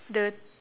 the